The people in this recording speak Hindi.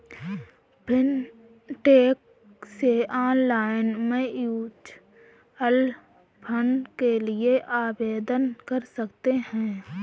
फिनटेक से ऑनलाइन म्यूच्यूअल फंड के लिए आवेदन कर सकते हैं